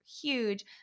huge